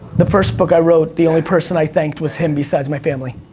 the first book i wrote, the only person i thanked was him, besides my family.